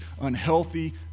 unhealthy